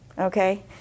okay